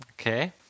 Okay